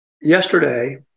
yesterday